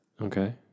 Okay